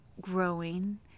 growing